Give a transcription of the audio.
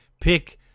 pick